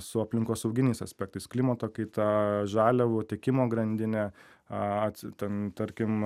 su aplinkosauginiais aspektais klimato kaita žaliavų tiekimo grandine a ten tarkim